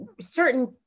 certain